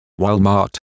Walmart